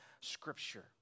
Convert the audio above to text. scripture